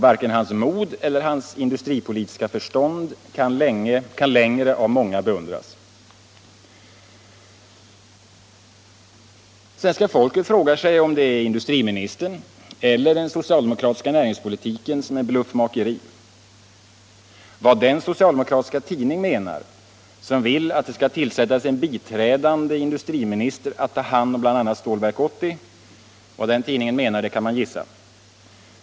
Varken hans mod eller hans industripolitiska förstånd kan längre av många beundras. Svenska folket frågar sig om det är industriministern eller den socialdemokratiska näringspolitiken som är bluffmakeri. Vad den socialdemokratiska tidning menar som vill att det skall tillsättas en biträdande industriminister att ta hand om bl.a. Stålverk 80 kan man gissa.